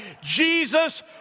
Jesus